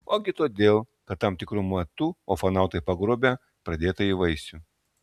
ogi todėl kad tam tikru metu ufonautai pagrobia pradėtąjį vaisių